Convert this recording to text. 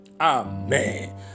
Amen